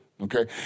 Okay